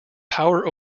power